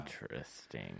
Interesting